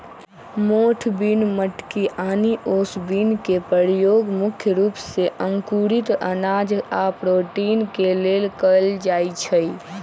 मोठ बिन मटकी आनि ओस बिन के परयोग मुख्य रूप से अंकुरित अनाज आ प्रोटीन के लेल कएल जाई छई